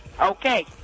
Okay